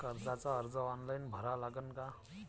कर्जाचा अर्ज ऑनलाईन भरा लागन का?